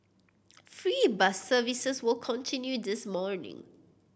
free bus services will continue this morning